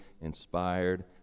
inspired